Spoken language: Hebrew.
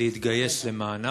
להתגייס למענה